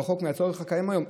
רחוקים מהצורך הקיים היום.